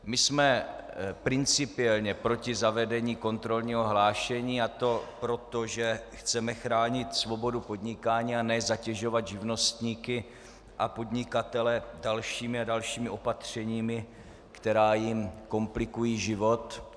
My jsme principiálně proti zavedení kontrolního hlášení, a to proto, že chceme chránit svobodu podnikání, a ne zatěžovat živnostníky a podnikatele dalšími a dalšími opatřeními, která jim komplikují život.